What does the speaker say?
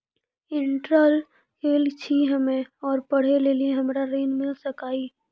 Inter केल छी हम्मे और पढ़े लेली हमरा ऋण मिल सकाई?